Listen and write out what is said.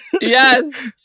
Yes